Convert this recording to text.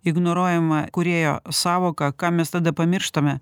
ignoruojama kūrėjo sąvoka ką mes tada pamirštame